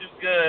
good